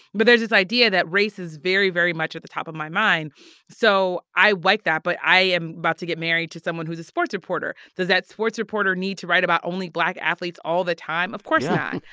but there's this idea that race is very, very much at the top of my mind so i like that, but i am about to get married to someone who a sports reporter. does that sports reporter need to write about only black athletes all the time? of course not.